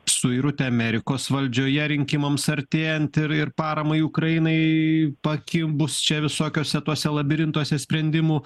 suirutė amerikos valdžioje rinkimams artėjant ir ir paramai ukrainai pakibus čia visokiuose tuose labirintuose sprendimų